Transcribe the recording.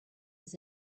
his